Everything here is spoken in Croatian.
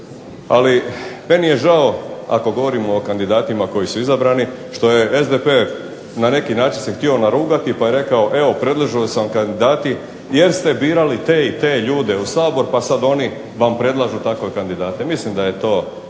Ali meni je žao ako govorimo o kandidatima koji su izabrani što je SDP na neki način se htio narugati pa je rekao evo predloženi su vam kandidati jer ste birali te i te ljude u Sabor pa sad oni vam predlažu takve kandidate. Mislim da je to